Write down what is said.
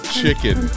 chicken